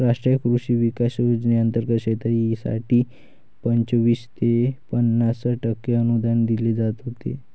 राष्ट्रीय कृषी विकास योजनेंतर्गत शेतीसाठी पंचवीस ते पन्नास टक्के अनुदान दिले जात होते